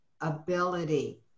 ability